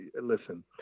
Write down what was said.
Listen